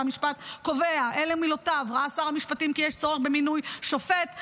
המשפט קובע ואלו מילותיו: "ראה שר המשפטים שיש למנות שופט,